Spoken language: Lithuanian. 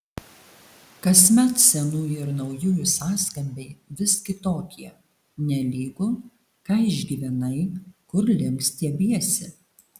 kasmet senųjų ir naujųjų sąskambiai vis kitokie nelygu ką išgyvenai kur link stiebiesi